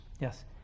Yes